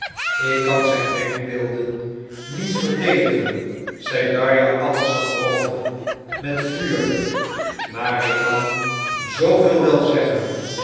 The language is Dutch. ik kan zijn denkbeelden niet verdedigen zei darja alexandrowna met vuur maar ik kan zooveel wel zeggen